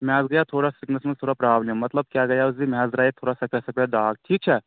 مےٚ حظ گٔیو تھوڑا سِکنس منٛز تھوڑا پرابلِم مطلب کیٛاہ گٔیو زِ مےٚ حظ درٛایے تھوڑا سَفید سَفید داگ ٹھیٖک چھا